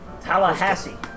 Tallahassee